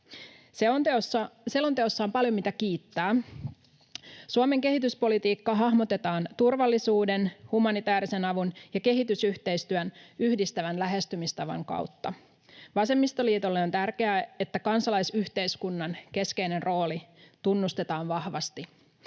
Selonteossa on paljon, mitä kiittää. Suomen kehityspolitiikka hahmotetaan turvallisuuden, humanitäärisen avun ja kehitysyhteistyön yhdistävän lähestymistavan kautta. Vasemmistoliitolle on tärkeää, että kansalaisyhteiskunnan keskeinen rooli tunnustetaan vahvasti.